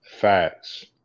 facts